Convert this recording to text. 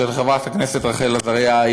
של חברת הכנסת רחל עזריה.